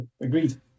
agreed